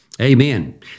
Amen